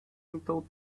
little